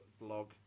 blog